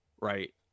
right